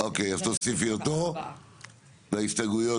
נעבור להסתייגויות